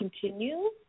continue